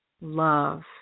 love